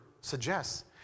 suggests